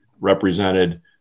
represented